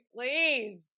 please